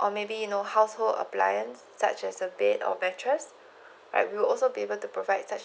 or maybe you know household appliances such as a bed or mattress right we will also be able to provide such